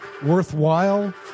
Worthwhile